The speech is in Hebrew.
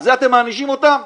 על זה אתם מענישים אותם?